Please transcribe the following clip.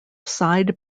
side